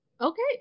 Okay